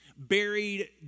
buried